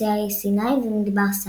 חצי האי סיני ומדבר סהרה.